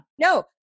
No